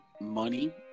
money